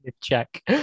check